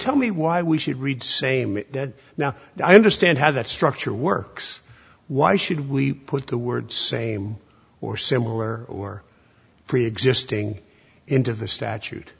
tell me why we should read same dead now i understand how that structure works why should we put the words same or similar or preexisting into the statute